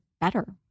better